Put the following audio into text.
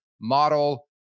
model